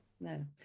No